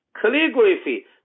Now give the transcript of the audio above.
calligraphy